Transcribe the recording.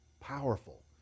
powerful